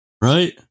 right